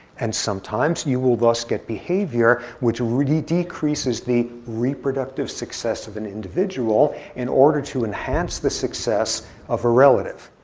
and sometimes, you will thus get behavior which really decreases the reproductive success of an individual in order to enhance the success of a relative.